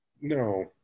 No